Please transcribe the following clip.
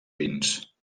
vins